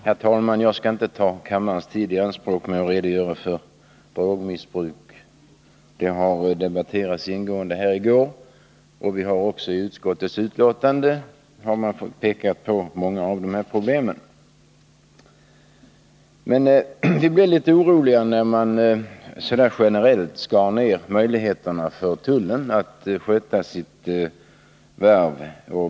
Herr talman! Jag skall inte ta kammarens tid i anspråk med att redogöra för drogmissbruk. Det har debatterats ingående här i går, och i utskottets betänkande har man också pekat på många av de här problemen. Men vi blev litet oroliga när man så där generellt skar ner möjligheterna för tullen att sköta sitt värv.